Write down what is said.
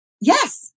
Yes